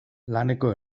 laneko